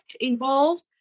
involved